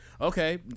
okay